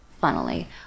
funnily